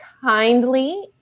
kindly